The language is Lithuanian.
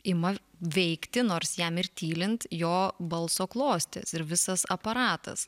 ima veikti nors jam ir tylint jo balso klostės ir visas aparatas